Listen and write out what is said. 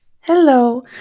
Hello